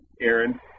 Aaron